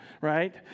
right